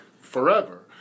forever